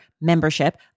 membership